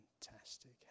fantastic